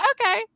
Okay